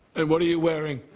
and what are you wearing?